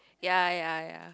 ya ya ya